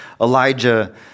Elijah